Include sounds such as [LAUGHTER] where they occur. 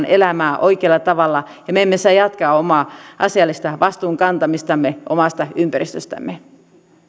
[UNINTELLIGIBLE] elämää oikealla tavalla ja me emme saa jatkaa omaa asiallista vastuun kantamistamme omasta ympäristöstämme